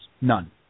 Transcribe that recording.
None